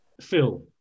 Phil